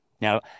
Now